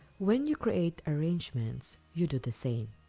when you create arrangements, you do the same.